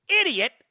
idiot